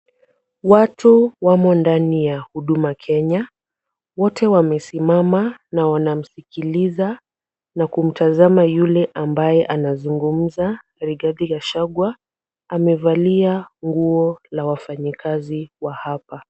Watu wamo ndani ya Huduma Kenya. Wote wamesimama na wanamsikiliza na kutazama yule ambaye anazungumza, Rigathi Gachagua, amevalia nguo la wafanyakazi wa hapa.